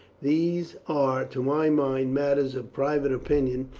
these are, to my mind, matters of private opinion,